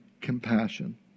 compassion